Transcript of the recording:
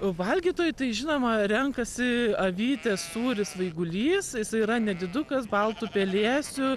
valgytojai tai žinoma renkasi avytės sūrį svaigulys jisai yra nedidukas baltu pelėsiu